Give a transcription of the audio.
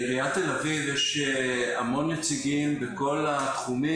לעירית תל אביב יש המון נציגים בכל התחומים